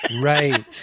Right